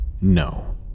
No